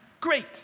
great